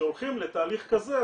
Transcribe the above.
כשהולכים לתהליך כזה,